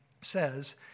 says